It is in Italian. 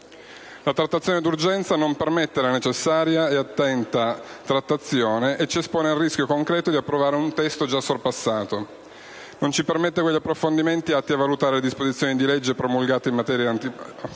La trattazione d'urgenza non permette la necessaria e attenta trattazione e ci espone al rischio concreto di approvare un testo già sorpassato. Non ci permette quegli approfondimenti atti a valutare le disposizioni di legge promulgate in materia portuale.